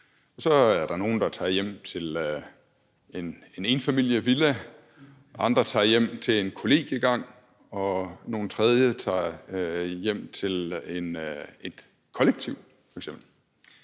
Så er der nogle, der tager hjem til en enfamiliesvilla, andre tager hjem til en kollegiegang, og nogle tredje tager hjem til et kollektiv f.eks.